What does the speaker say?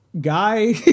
guy